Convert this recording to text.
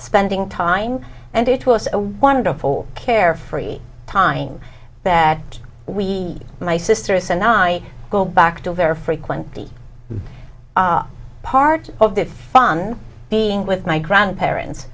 spending time and it was a wonderful carefree time that we my sisters and i go back to their frequent are part of that fun being with my grandparents